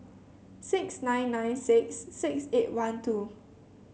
six nine nine six six eight one two